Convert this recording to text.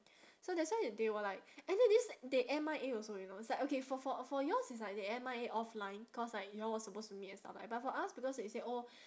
so that's why they were like and then this they M_I_A also you know it's like okay for for for yours it's like they M_I_A offline cause like y'all were supposed to meet and stuff right but for us because they said oh